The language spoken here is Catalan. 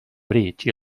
bridge